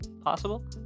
Possible